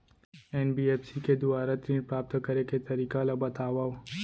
NBFC के दुवारा ऋण प्राप्त करे के तरीका ल बतावव?